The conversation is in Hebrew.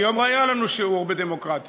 היום היה לנו שיעור בדמוקרטיה.